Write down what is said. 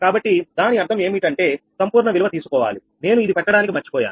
కాబట్టి దాని అర్థం ఏమిటంటే సంపూర్ణ విలువ తీసుకోవాలి నేను ఇది పెట్టడానికి మర్చిపోయాను